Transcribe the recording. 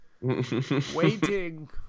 waiting